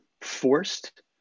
forced